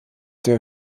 der